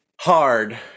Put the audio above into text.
hard